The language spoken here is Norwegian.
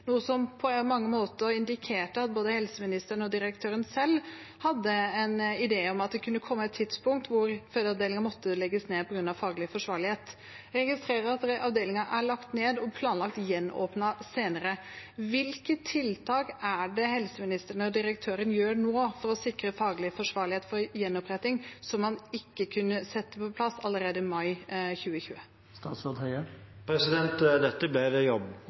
noe som på mange måter indikerte at både helseministeren og direktøren selv hadde en idé om at det kunne komme et tidspunkt da fødeavdelingen måtte legges ned av hensyn til faglig forsvarlighet. Jeg registrerer at avdelingen er lagt ned og planlagt gjenåpnet senere. Hvilke tiltak er det helseministeren og direktøren gjør nå for å sikre faglig forsvarlighet ved gjenoppretting, som man ikke kunne hatt på plass allerede i mai